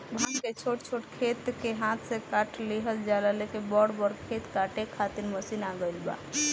भांग के छोट छोट खेत के हाथे से काट लिहल जाला, लेकिन बड़ बड़ खेत काटे खातिर मशीन आ गईल बा